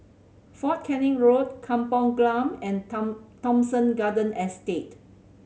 Fort Canning Road Kampung Glam and Tom Thomson Garden Estate